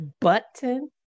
Button